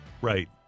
right